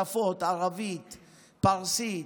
שפות ערבית ופרסית,